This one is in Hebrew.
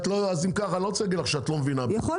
אם כך, אני לא רוצה להגיד לך שאת לא מבינה, בסדר?